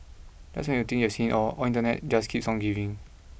just when you think you've seen it all Internet just keeps on giving